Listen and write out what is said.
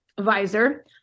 Visor